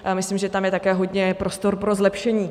Já myslím, že tam je také hodně prostor pro zlepšení.